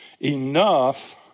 enough